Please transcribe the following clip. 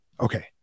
Okay